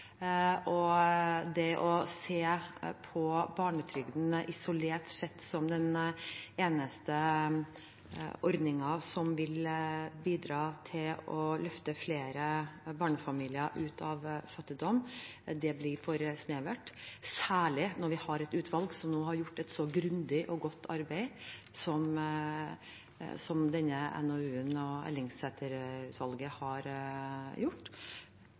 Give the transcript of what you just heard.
Det å se på barnetrygden isolert sett som den eneste ordningen som vil bidra til å løfte flere barnefamilier ut av fattigdom blir for snevert, særlig når et utvalg, Ellingsæter-utvalget, nå har gjort et så grundig og godt arbeid i form av denne